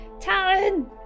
Talon